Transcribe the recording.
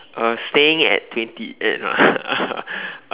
uh staying at twenty eight uh